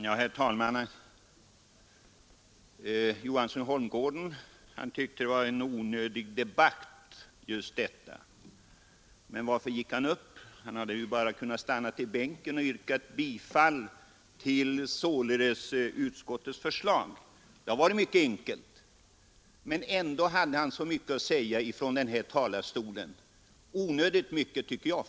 Herr talman! Herr Johansson i Holmgården tyckte att denna debatt var onödig. Men varför gick han då upp i talarstolen? Han hade ju kunnat stanna i bänken och bara yrkat bifall till utskottets förslag. Det hade varit mycket enkelt. Men ändå hade han så mycket att säga från denna talarstol — onödigt mycket, tycker jag.